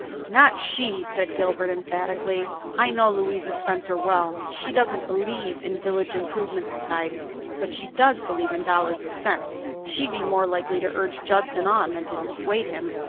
not she, said gilbert emphatically. i know louisa spencer well. she doesn't believe in village improvement societies, but she does believe in dollars and cents. she'd be more likely to urge judson on than to dissuade him.